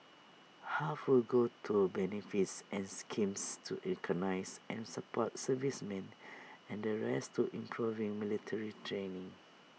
half will go to benefits and schemes to recognise and support servicemen and the rest to improving military training